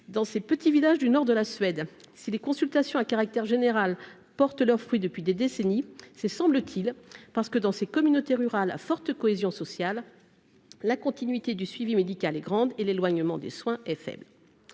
dans ces petits villages du nord de la Suède, si les consultations à caractère général portent leurs fruits depuis des décennies, c'est semble-t-il parce que dans ces communautés rurales à forte cohésion sociale la continuité du suivi médical est grande et l'éloignement des soins est faible,